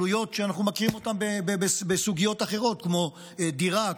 עלויות שאנחנו מכירים אותן מסוגיות אחרות כמו דירה,